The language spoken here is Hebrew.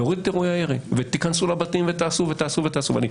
להוריד את אירועי הירי ושניכנס לבתים ושנעשה ונעשה ונעשה.